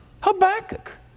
Habakkuk